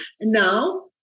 Now